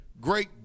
great